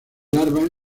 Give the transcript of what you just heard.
larvas